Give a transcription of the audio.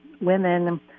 women